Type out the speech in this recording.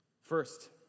First